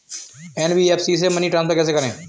NBFC से money transfer कैसे करें?